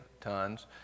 Tons